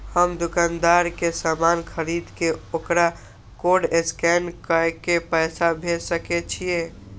हम दुकानदार के समान खरीद के वकरा कोड स्कैन काय के पैसा भेज सके छिए?